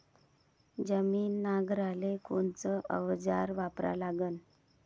जमीन नांगराले कोनचं अवजार वापरा लागन?